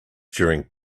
during